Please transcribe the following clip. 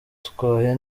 bitwaye